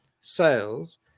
sales